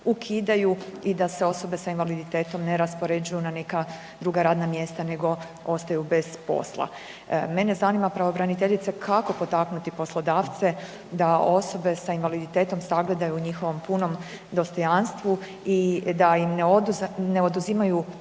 ukidaju, i da se osobe s invaliditetom ne raspoređuju na neka druga radna mjesta nego ostaju bez posla. Mene zanima, pravobraniteljice, kako potaknuti poslodavce, da osobe sa invaliditetom sagledaju u njihovom punom dostojanstvu i da im ne oduzimaju